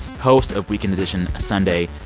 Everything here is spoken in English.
host of weekend edition sunday.